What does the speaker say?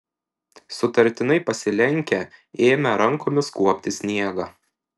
sutartinai pasilenkę ėmė rankomis kuopti sniegą